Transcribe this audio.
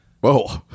Whoa